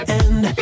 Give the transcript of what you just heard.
end